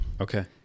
Okay